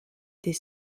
des